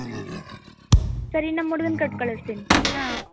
ಹ್ಞೂ ಸರಿ ನಮ್ಮ ಹುಡ್ಗನ್ನ ಕೊಟ್ ಕಳಿಸ್ತೀನಿ ಹಾಂ